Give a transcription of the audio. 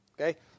Okay